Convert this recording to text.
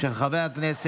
של חבר הכנסת